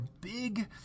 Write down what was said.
big